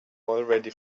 already